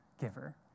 giver